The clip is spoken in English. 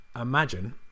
Imagine